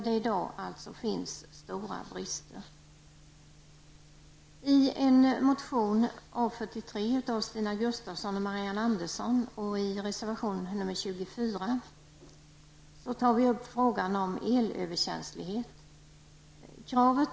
Det finns där i dag stora brister. Gustavsson och Marianne Andersson i Vårgårda tas frågan om elöverkänslighet upp.